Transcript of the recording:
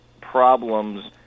problems